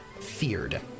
feared